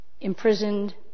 imprisoned